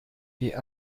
wie